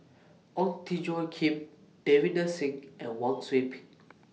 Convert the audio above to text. Ong Tjoe Kim Davinder Singh and Wang Sui Pick